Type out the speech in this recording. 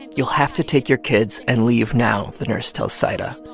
and you'll have to take your kids and leave now, the nurse tells zaida.